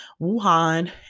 Wuhan